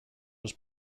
was